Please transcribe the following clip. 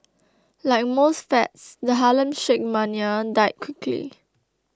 like most fads the Harlem Shake mania died quickly